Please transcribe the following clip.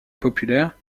populaire